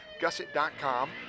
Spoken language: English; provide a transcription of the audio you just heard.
gusset.com